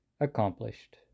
accomplished